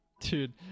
Dude